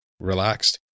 relaxed